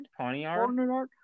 Ponyard